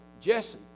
Jesse